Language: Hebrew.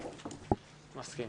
מסכים.